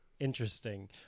Interesting